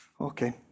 okay